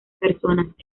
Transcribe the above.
personas